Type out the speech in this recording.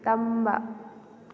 ꯇꯝꯕ